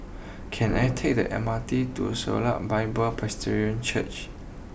can I take the M R T to Shalom Bible Presbyterian Church